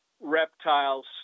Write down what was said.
reptiles